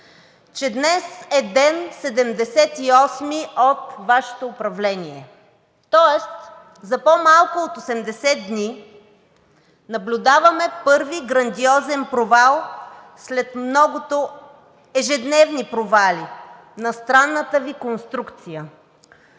че днес е ден 78-и от Вашето управление. Тоест за по-малко от 80 дни наблюдаваме първи грандиозен провал след многото ежедневни провали на странната Ви конструкция